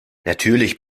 natürlich